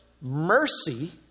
mercy